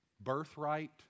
birthright